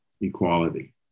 equality